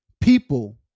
people